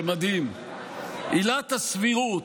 זה מדהים: "עילת הסבירות,